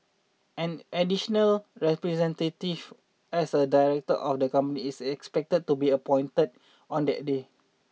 an additional representative as a director of the company is expected to be appointed on that day